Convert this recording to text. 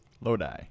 Lodi